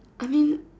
I mean